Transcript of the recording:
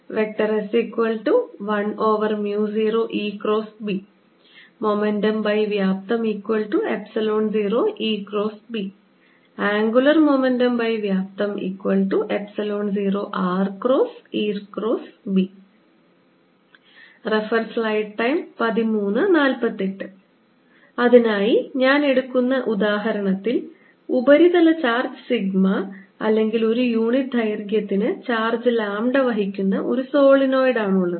S10EB മൊമെന്റംവ്യാപ്തം0 angular മൊമെന്റംവ്യാപ്തം0r× അതിനായി ഞാൻ എടുക്കുന്ന ഉദാഹരണത്തിൽ ഉപരിതല ചാർജ് സിഗ്മ അല്ലെങ്കിൽ ഒരു യൂണിറ്റ് ദൈർഘ്യത്തിന് ചാർജ് ലാംഡ വഹിക്കുന്ന ഒരു സോളിനോയിഡ് ആണുള്ളത്